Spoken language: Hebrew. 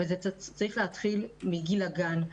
וזה צריך להתחיל מגיל הגן.